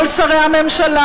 כל שרי הממשלה,